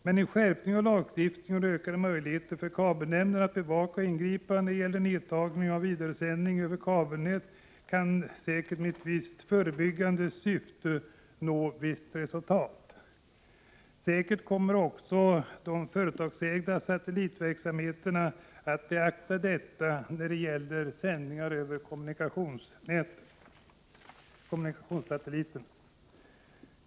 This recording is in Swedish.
Med skärpning av lagstiftningen och ökade möjligheter för kabelnämnden att bevaka och ingripa när det gäller nedtagning och vidaresändning över kabelnät kan säkert en viss förebyggande verksamhet nå resultat. Säkert kommer också de företagsägda satellitverksamheterna att beakta detta när det gäller sändning via kommunikationssatellit.